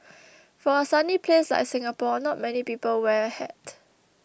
for a sunny place like Singapore not many people wear a hat